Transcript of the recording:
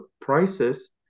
prices